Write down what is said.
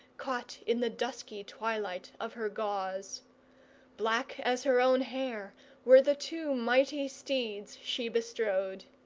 caught in the dusky twilight of her gauze black as her own hair were the two mighty steeds she bestrode.